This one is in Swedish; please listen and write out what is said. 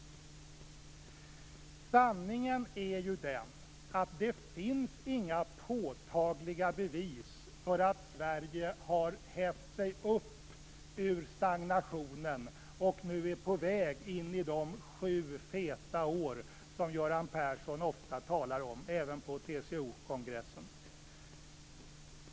Sanningen är ju den att det inte finns några påtagliga bevis för att Sverige har hävt sig upp ur stagnationen och nu är på väg in i de sju feta år som Göran Persson ofta talar om, även på TCO-kongressen.